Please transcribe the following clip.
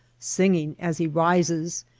singing as he rises,